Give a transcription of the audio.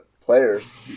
players